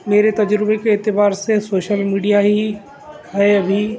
میرے تجربے کے اعتبار سے سوشل میڈیا ہی ہے ابھی